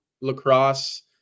lacrosse